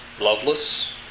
loveless